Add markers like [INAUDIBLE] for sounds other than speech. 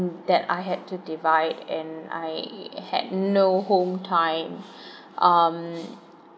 that I had to divide and I had no home time [BREATH] mm